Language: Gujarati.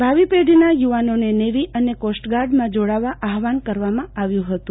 ભાવિ પેઢીના યુવાનોને નેવી અને કોસ્ટગાર્ડમાં જોડાવા આહવાન કરવામાં આવ્યુ હતું